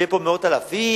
יהיו פה מאות אלפים?